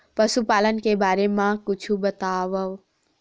पशुपालन के बारे मा कुछु बतावव?